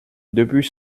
depuis